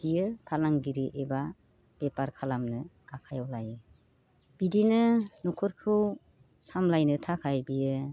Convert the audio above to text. बियो फालांगिरि एबा बेफार खालामनो आखायाव लायो बिदिनो न'खरखौ सामलायनो थाखाय बियो